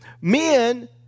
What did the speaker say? men